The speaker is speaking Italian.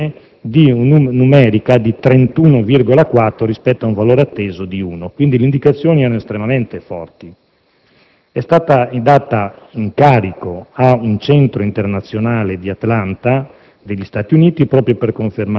con un indicazione numerica di 31,4 rispetto a un valore atteso di uno, quindi l'indicazione era estremamente forte. È stato dato incarico ad un centro internazionale di Atlanta